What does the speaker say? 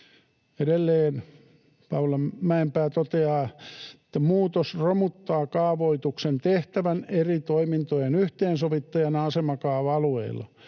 Edelleen Paula Mäenpää toteaa: ”Muutos romuttaa kaavoituksen tehtävän eri toimintojen yhteensovittajana asemakaava-alueilla.